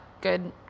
good